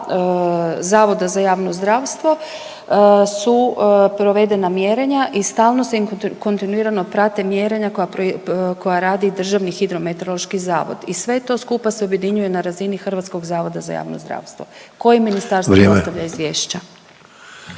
Zavoda za javno zdravstvo su provedena mjerenja i stalno se i kontinuirano prate mjerenja koja pro…, koja radi DHMZ i sve to skupa se objedinjuje na razini HZJZ koje ministarstvu dostavlja izvješća…